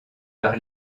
par